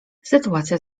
sytuacja